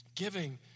giving